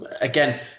again